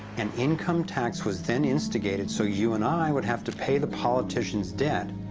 an income tax was then instigated, so you and i would have to pay the politicians debt,